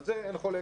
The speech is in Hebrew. על זה אין חולק,